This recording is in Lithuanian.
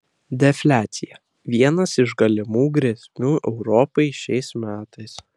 defliacija viena iš galimų grėsmių europai šiais metais